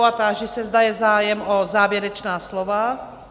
A táži se, zda je zájem o závěrečná slova?